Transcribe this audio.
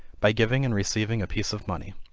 by giving and receiving a piece of money.